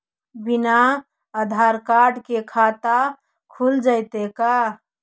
बिना आधार कार्ड के खाता खुल जइतै का?